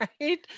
right